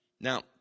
now